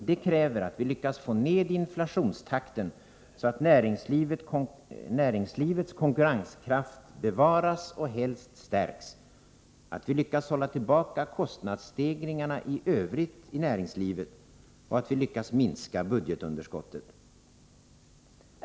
Det kräver att vi lyckas få ned inflationstakten så att näringslivets konkurrenskraft bevaras och helst stärks, att vi lyckas hålla tillbaka kostnadsstegringarna i övrigt i näringslivet och att vi lyckas minska budgetunderskottet.